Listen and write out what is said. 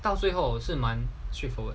到最后是蛮 straightforward